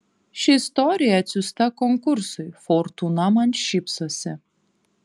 ši istorija atsiųsta konkursui fortūna man šypsosi